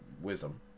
wisdom